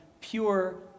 pure